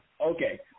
Okay